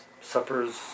Supper's